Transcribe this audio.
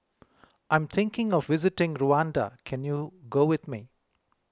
I'm thinking of visiting Rwanda can you go with me